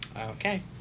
Okay